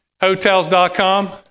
Hotels.com